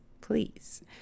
please